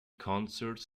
concerts